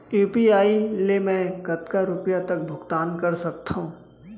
UPI ले मैं कतका रुपिया तक भुगतान कर सकथों